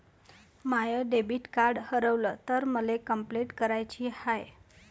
माय debit card हारवल तर मले कंपलेंट कराची हाय